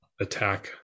attack